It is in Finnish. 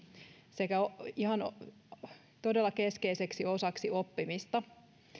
sekä todella keskeiseksi osaksi oppimista